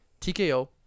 TKO